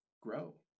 grow